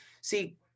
See